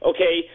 Okay